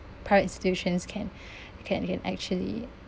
private institutions can can can actually